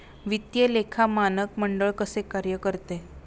वित्तीय लेखा मानक मंडळ कसे कार्य करते?